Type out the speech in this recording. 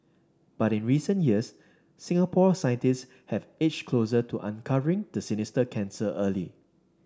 but in recent years Singapore scientist have edged closer to uncovering the sinister cancer early